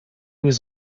was